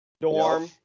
dorm